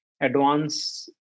advanced